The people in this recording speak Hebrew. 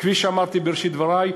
כפי שאמרתי בראשית דברי,